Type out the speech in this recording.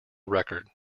record